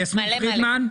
יסמין פרידמן.